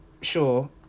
sure